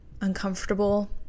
uncomfortable